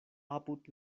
apud